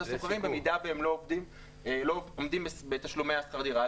הסוחרים במידה והם לא עומדים בתשלומי שכר הדירה.